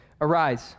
Arise